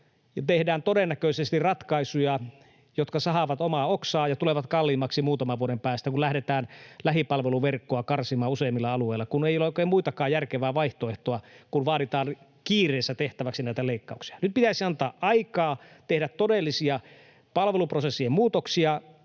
tehdään todennäköisesti ratkaisuja, jotka sahaavat omaa oksaa ja tulevat kalliimmaksi muutaman vuoden päästä, kun lähdetään lähipalveluverkkoa karsimaan useimmilla alueilla, kun ei ole oikein muutakaan järkevää vaihtoehtoa, kun vaaditaan kiireessä tehtäväksi näitä leikkauksia. Nyt pitäisi antaa aikaa tehdä todellisia palveluprosessien muutoksia